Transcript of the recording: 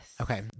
Okay